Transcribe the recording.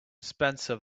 spencer